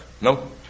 No